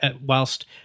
whilst